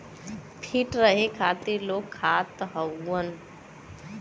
feet रहे खातिर लोग खात हउअन